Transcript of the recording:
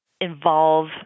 involve